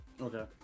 Okay